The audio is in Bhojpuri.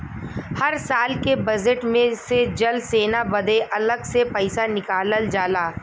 हर साल के बजेट मे से जल सेना बदे अलग से पइसा निकालल जाला